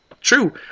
true